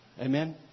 Amen